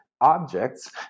objects